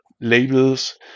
labels